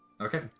Okay